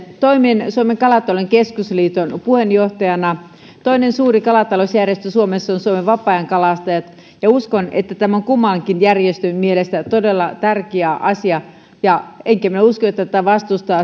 toimin suomen kalatalouden keskusliiton puheenjohtajana toinen suuri kalatalousjärjestö suomessa on suomen vapaa ajankalastajat ja uskon että tämä on kummankin järjestön mielestä todella tärkeä asia enkä minä usko että kukaan muukaan vastustaa